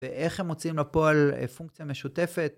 ואיך הם מוצאים לפועל פונקציה משותפת.